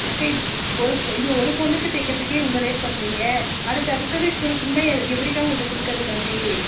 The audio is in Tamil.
அக்கா இப் ஒரு இது ஒரு பொண்ணுக்கு தைக்கிறத்துக்கே இவ்வளோ லேட் பண்ணுறீங்க அடுத்து அடுத்தது கொடுக்கணும்னா எ எப்படிக்கா உங்கள்கிட்ட கொடுக்கறது நம்பி